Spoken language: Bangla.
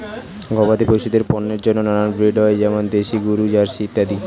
গবাদি পশুদের পণ্যের জন্য নানান ব্রিড হয়, যেমন দেশি গরু, জার্সি ইত্যাদি